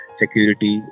security